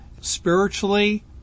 spiritually